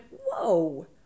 whoa